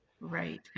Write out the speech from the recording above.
Right